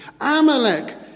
Amalek